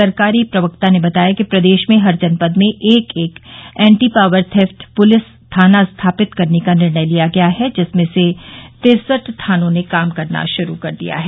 सरकारी प्रवक्ता ने बताया कि प्रदेश में हर जनपद में एक एक एंटी पॉवर थेफ्ट पुलिस थाना स्थापित करने का निर्णय लिया गया है जिसमें से तिरसठ थानों ने काम करना शुरू कर दिया है